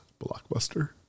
blockbuster